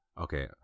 Okay